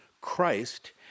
Christ